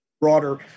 Broader